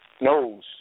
knows